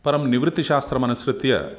परं निवृत्तिशास्त्रमनुसृत्य